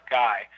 guy